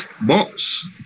box